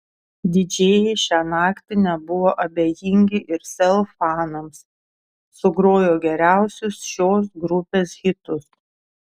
didžėjai šią naktį nebuvo abejingi ir sel fanams sugrojo geriausius šios grupės hitus